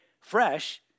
fresh